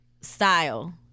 style